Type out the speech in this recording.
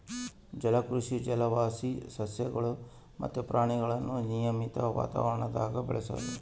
ಜಲಕೃಷಿಯು ಜಲವಾಸಿ ಸಸ್ಯಗುಳು ಮತ್ತೆ ಪ್ರಾಣಿಗುಳ್ನ ನಿಯಮಿತ ವಾತಾವರಣದಾಗ ಬೆಳೆಸೋದು